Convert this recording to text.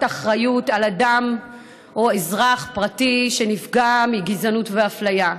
אחריות על אדם או אזרח פרטי שנפגע מגזענות ואפליה.